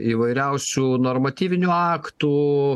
įvairiausių normatyvinių aktų